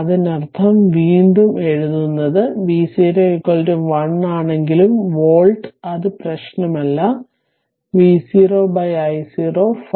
അതിനർത്ഥം വീണ്ടും എഴുതുന്നത് V 0 1 ആണെങ്കിലും വോൾട്ട് അത് പ്രശ്നമല്ല V0 i0 5Ω